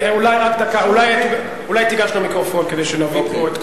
אולי תיגש למיקרופון כדי שנבין.